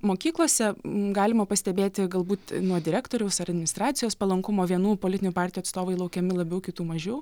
mokyklose galima pastebėti galbūt nuo direktoriaus ar administracijos palankumo vienų politinių partijų atstovai laukiami labiau kitų mažiau